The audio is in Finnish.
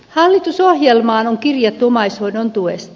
hallitusohjelmaan on kirjattu omaishoidon tuesta